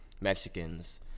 Mexicans